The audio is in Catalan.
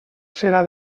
serà